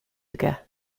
aige